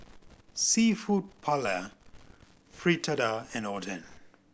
Seafood Paella Fritada and Oden